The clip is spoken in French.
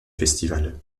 festival